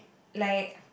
like